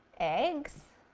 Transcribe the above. eggs.